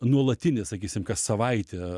nuolatinis sakysim kas savaitę